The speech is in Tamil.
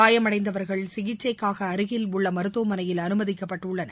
காயமடைந்தவர்கள் சிகிச்சைக்காக அருகில் உள்ள மருத்துவமனையில் அனுமதிக்கப்பட்டுள்ளனர்